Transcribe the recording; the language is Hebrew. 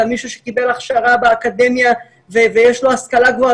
אלא מישהו שקיבל הכשרה באקדמיה ויש לו השכלה גבוהה